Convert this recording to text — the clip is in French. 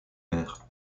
maire